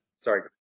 Sorry